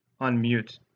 unmute